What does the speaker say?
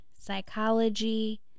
psychology